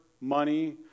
money